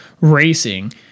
racing